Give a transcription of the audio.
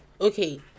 okay